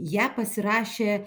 ją pasirašė